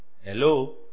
Hello